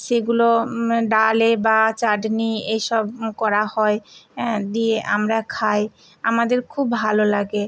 সেগুলো ডালে বা চাটনি এই সব করা হয় হ্যাঁ দিয়ে আমরা খাই আমাদের খুব ভালো লাগে